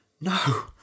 No